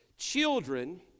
Children